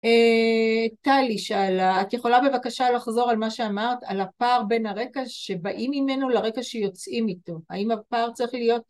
טלי שאלה, את יכולה בבקשה לחזור על מה שאמרת על הפער בין הרקע שבאים ממנו לרקע שיוצאים איתו, האם הפער צריך להיות